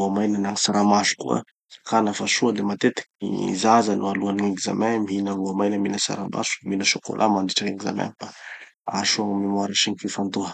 voamaina na gny tsaramaso koa, zakana fa soa. De matetiky gny zaza alohan'ny hanao examen mihina voamaina mihina tsaramaso mihina chocolat mandritra gny examen fa mahasoa gny memoire sy gny fifantoha.